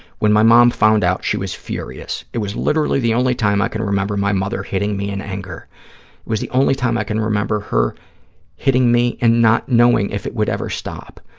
when my mom found out, she was furious. it was literally the only time i can remember my mother hitting me in anger. it was the only time i can remember her hitting me and not knowing if it would ever stop.